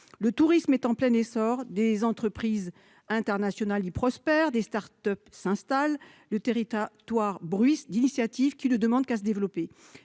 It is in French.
le tourisme est en plein essor, des entreprises internationales y prospèrent, des start-up s'y installent, le territoire bruisse d'initiatives qui ne demandent qu'à se développer.